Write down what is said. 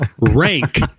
Rank